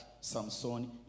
Samson